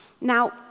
Now